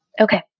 Okay